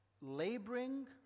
laboring